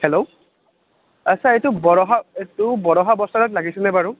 hello আচ্ছা এইটো বৰষা এইটো বৰষা বস্ত্ৰালয়ত লাগিছেনে বাৰু